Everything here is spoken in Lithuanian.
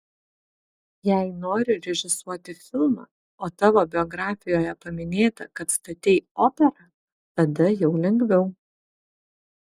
jei nori režisuoti filmą o tavo biografijoje paminėta kad statei operą tada jau lengviau